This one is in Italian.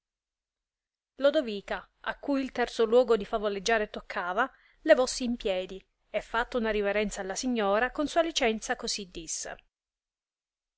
lodovica a cui il terzo luogo di favoleggiare toccava levossi in piedi e fatta una riverenza alla signora con sua licenza cosi disse